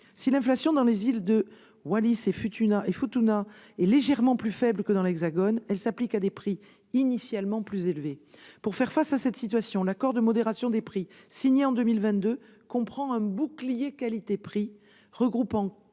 Si l'inflation dans les îles de Wallis et Futuna est légèrement plus faible que dans l'Hexagone, elle s'applique à des prix initialement plus élevés. Pour faire face à cette situation, l'accord de modération des prix signé en 2022 comprend un bouclier qualité-prix regroupant